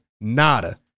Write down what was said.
Nada